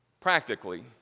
Practically